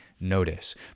notice